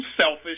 selfish